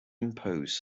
impose